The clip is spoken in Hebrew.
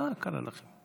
מה קרה לכם?